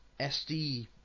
SD